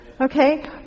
okay